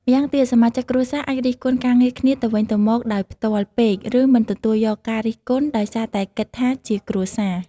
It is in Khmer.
ម្យ៉ាងទៀត សមាជិកគ្រួសារអាចរិះគន់ការងារគ្នាទៅវិញទៅមកដោយផ្ទាល់ពេក ឬមិនទទួលយកការរិះគន់ ដោយសារតែគិតថាជាគ្រួសារ។